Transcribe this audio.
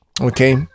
Okay